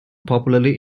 popularly